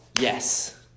yes